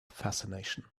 fascination